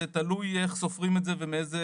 זה תלוי איך סופרים על זה ומאיזה,